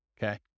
Okay